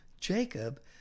Jacob